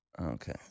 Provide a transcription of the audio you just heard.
Okay